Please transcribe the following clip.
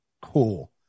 Cool